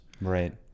Right